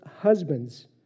husbands